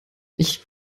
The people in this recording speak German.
ich